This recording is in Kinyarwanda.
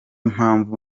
mpamvu